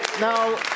Now